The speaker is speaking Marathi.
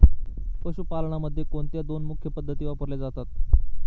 पशुपालनामध्ये कोणत्या दोन मुख्य पद्धती वापरल्या जातात?